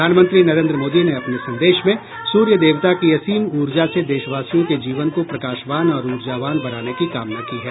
प्रधानमंत्री नरेन्द्र मोदी ने अपने संदेश में सूर्य देवता की असीम ऊर्जा से देशवासियों के जीवन को प्रकाशवान और ऊर्जावान बनाने की कामना की है